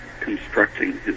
constructing